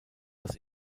das